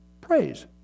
Praise